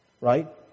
Right